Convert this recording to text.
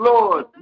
Lord